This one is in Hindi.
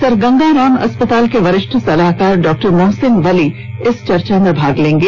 सर गंगाराम अस्पताल के वरिष्ठ सलाहकार डॉक्टर मोहसिन वली इस चर्चा में भाग लेंगे